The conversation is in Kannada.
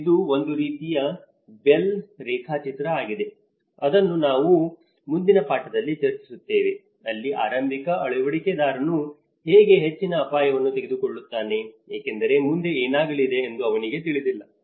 ಇದು ಒಂದು ರೀತಿಯ ಬೆಲ್ ರೇಖಾಚಿತ್ರ ಆಗಿದೆ ಅದನ್ನು ನಾನು ಮುಂದಿನ ಪಾಠದಲ್ಲಿ ಚರ್ಚಿಸುತ್ತೇನೆ ಅಲ್ಲಿ ಆರಂಭಿಕ ಅಳವಡಿಕೆದಾರನು ಹೇಗೆ ಹೆಚ್ಚಿನ ಅಪಾಯವನ್ನು ತೆಗೆದುಕೊಳ್ಳುತ್ತಾನೆ ಏಕೆಂದರೆ ಮುಂದೆ ಏನಾಗಲಿದೆ ಎಂದು ಅವನಿಗೆ ತಿಳಿದಿಲ್ಲ